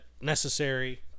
necessary